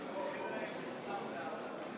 חברות וחברי